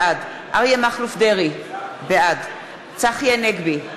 בעד אריה מכלוף דרעי, בעד צחי הנגבי,